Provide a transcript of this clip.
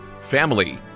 family